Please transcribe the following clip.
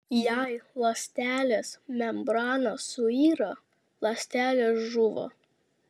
jei ląstelės membrana suyra ląstelė žūva